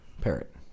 Parrot